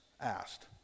asked